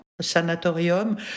sanatorium